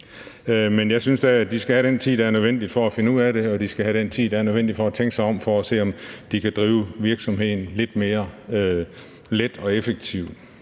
Men jeg synes da, at de skal have den tid, der er nødvendig for at finde ud af det, og at de skal have den tid, der er nødvendig for at tænke sig om, for at se, om de kan drive virksomheden lidt mere let og effektivt.